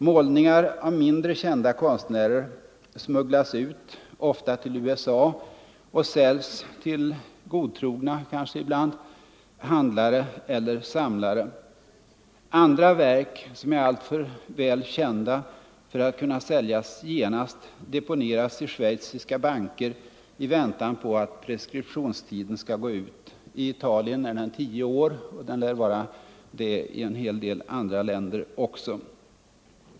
Målningar av mindre kända konstnärer smugglas ut, ofta till USA, och säljs till kanske ibland godtrogna handlare eller samlare. Andra verk, som är alltför kända för att kunna säljas genast, deponeras i schweiziska banker i väntan på att preskriptionstiden skall gå ut. I Italien är den tio år, och den lär vara det i en hel del andra länder också.